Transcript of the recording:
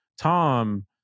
Tom